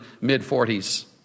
mid-40s